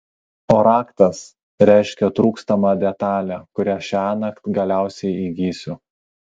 o raktas reiškia trūkstamą detalę kurią šiąnakt galiausiai įgysiu